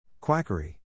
Quackery